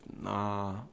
Nah